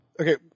okay